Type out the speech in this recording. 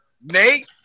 Nate